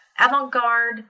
avant-garde